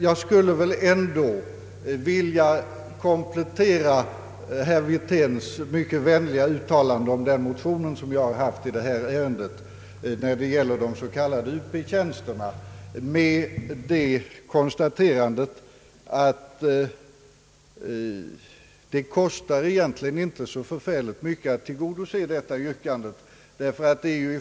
Jag skulle ändå vilja komplettera herr Wirténs mycket vänliga uttalande om den motion som jag har väckt i detta ärende när det gäller de s.k. Up-tjänsterna med konstaterandet att det egentligen inte kostar så mycket att tillgodose reservationsyrkandet.